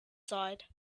side